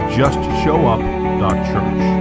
justshowup.church